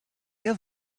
have